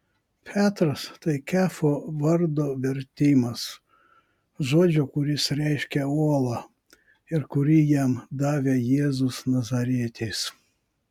petras tai kefo vardo vertimas žodžio kuris reiškia uolą ir kurį jam davė jėzus nazarietis